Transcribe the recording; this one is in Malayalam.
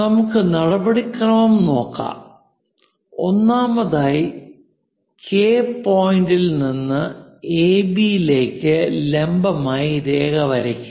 നമുക്ക് നടപടിക്രമം നോക്കാം ഒന്നാമതായി കെ പോയിന്റിൽ നിന്ന് എബി യിലേക്ക് ലംബമായി രേഖ വരയ്ക്കുക